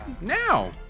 now